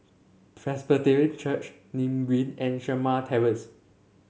Presbyterian Church Nim Green and Shamah Terrace